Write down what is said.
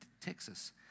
Texas